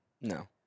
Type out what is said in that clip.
no